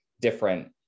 different